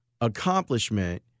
accomplishment